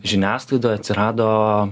žiniasklaidoj atsirado